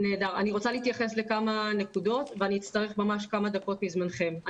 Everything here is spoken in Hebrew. אני רוצה ל התייחס לכמה נקודות ואני אצטרך ממש כמה דקות מזמנכם.